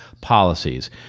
policies